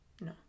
No